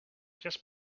just